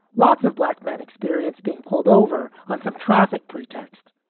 lots of black men experience being pulled over on some traffic pretext.